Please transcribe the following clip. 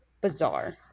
bizarre